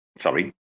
Sorry